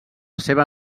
seva